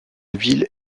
ville